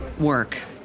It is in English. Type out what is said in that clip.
work